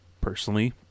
personally